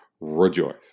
rejoice